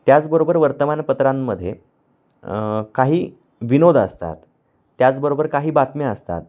त्याचबरोबर वर्तमानपत्रांमध्ये काही विनोद असतात त्याचबरोबर काही बातम्या असतात